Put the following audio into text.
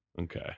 Okay